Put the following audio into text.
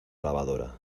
lavadora